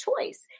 choice